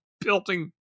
building